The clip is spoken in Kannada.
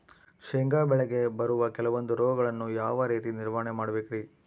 ಶೇಂಗಾ ಬೆಳೆಗೆ ಬರುವ ಕೆಲವೊಂದು ರೋಗಗಳನ್ನು ಯಾವ ರೇತಿ ನಿರ್ವಹಣೆ ಮಾಡಬೇಕ್ರಿ?